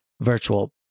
virtual